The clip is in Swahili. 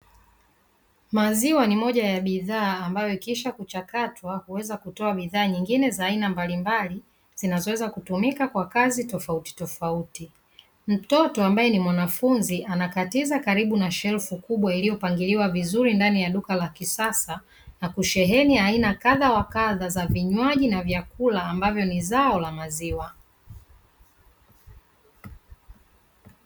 Maziwa ni moja ya bidhaa ambayo ikisha kuchakatwa kuweza kutoa bidhaa nyingine za aina mbalimbali zinazoweza kutumika kwa kazi tofauti tofauti. Mtoto ambaye ni mwanafunzi anakatiza karibu na shelfu kubwa iliyopangiliwa vizuri ndani ya duka la kisasa na kusheheni aina kadha wa kadha za vinywaji na vyakula ambavyo ni zao la maziwa.